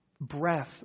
Breath